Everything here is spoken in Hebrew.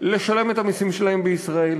לשלם את המסים שלהם בישראל,